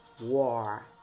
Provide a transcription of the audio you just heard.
War